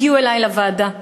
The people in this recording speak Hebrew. הגיעו אלי לוועדה והתחננו.